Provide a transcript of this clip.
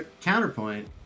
Counterpoint